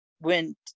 went